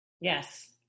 Yes